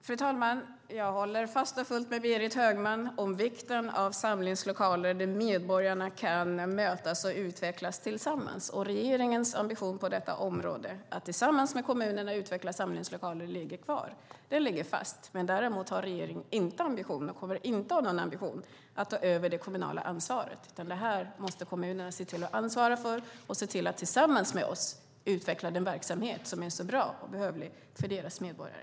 Fru talman! Jag håller fast och fullt med Berit Högman om vikten av samlingslokaler där medborgarna kan mötas och utvecklas tillsammans. Regeringens ambition på detta område, att tillsammans med kommunerna utveckla samlingslokaler, ligger kvar. Den ligger fast. Däremot har regeringen inte ambitionen, och kommer inte att ha någon sådan ambition, att ta över det kommunala ansvaret. Det här måste kommunerna se till att ansvara för. Och de måste se till att tillsammans med oss utveckla den verksamheten, som är bra och behövlig för deras medborgare.